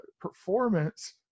performance